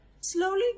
slowly